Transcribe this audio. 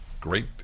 Great